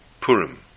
Purim